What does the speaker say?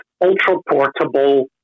ultra-portable